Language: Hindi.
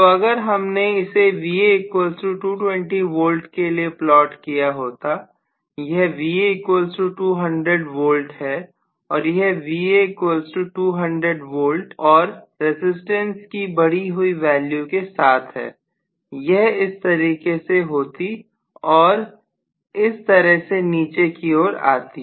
तो अगर हमने इसे Va220V के लिए प्लॉट किया होता यह Va200V है और यह Va200V और रजिस्टेंस की बढ़ी हुई वैल्यू के साथ है यह इस तरीके से होती और इस तरह से नीचे की ओर आती